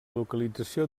localització